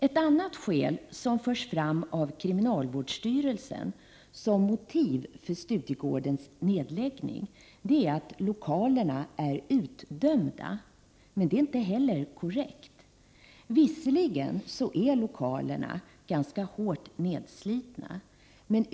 Ett annat skäl som förs fram av kriminalvårdsstyrelsen som motiv för nedläggning av Studiegården är att lokalerna skulle vara utdömda. Det är inte heller korrekt. Lokalerna är visserligen ganska hårt nedslitna.